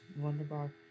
Wonderbar